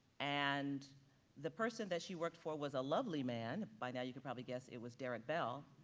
and the person that she worked for was a lovely man, by now you can probably guess it was derrick bell,